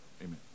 Amen